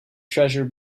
treasure